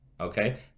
okay